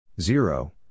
zero